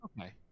Okay